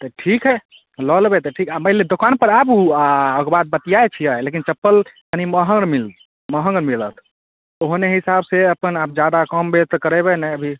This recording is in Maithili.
तऽ ठीक हए लऽ लेबै तऽ ठीक आ मानि लिअ दोकान पर आबु आ ओहिके बाद बतिआय छियै लेकिन चप्पल तनी महग मिल महङ्ग आर मिलत ओहने हिसाब से अप्पन आब जादा कम बेस तऽ करेबै ने अभी